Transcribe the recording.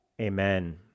Amen